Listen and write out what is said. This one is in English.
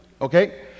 Okay